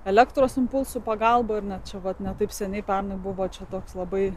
elektros impulsų pagalba ar net mat ne taip seniai pernai buvo čia toks labai